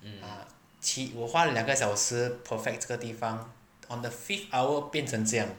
ah qi~ 我花了两个小时 perfect 这个地方 on the fifth hour 变成这样